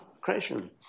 creation